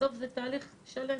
בסוף זה תהליך שלם.